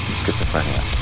schizophrenia